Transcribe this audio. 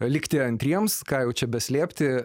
likti antriems ką jau čia beslėpti